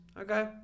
Okay